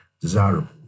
desirable